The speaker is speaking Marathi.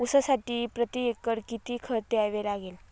ऊसासाठी प्रतिएकर किती खत द्यावे लागेल?